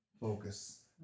Focus